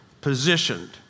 positioned